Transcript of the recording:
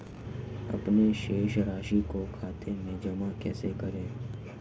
अपने शेष राशि को खाते में जमा कैसे करें?